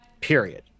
period